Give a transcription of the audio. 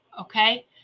Okay